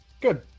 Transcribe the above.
Good